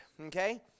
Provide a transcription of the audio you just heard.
okay